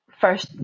first